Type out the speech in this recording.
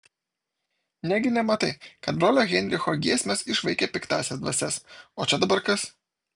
negi nematai kad brolio heinricho giesmės išvaikė piktąsias dvasias o čia dabar kas